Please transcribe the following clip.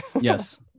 Yes